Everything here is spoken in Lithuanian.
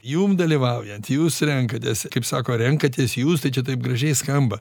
jum dalyvaujant jūs renkatės kaip sako renkatės jūs tai čia taip gražiai skamba